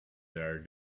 there